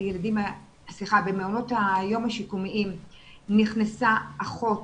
במעונות היום השיקומיים נכנסה אחות